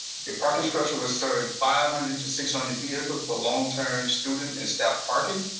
the parking structure will serve five hundred to six hundred vehicles for long term student and staff parking.